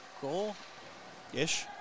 goal-ish